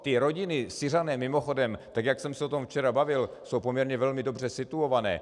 Ty rodiny, Syřané, mimochodem, tak jak jsem se o tom včera bavil, jsou poměrně velmi dobře situované.